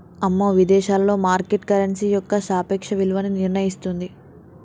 అమ్మో విదేశాలలో market currency యొక్క సాపేక్ష విలువను నిర్ణయిస్తుంది